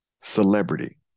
celebrity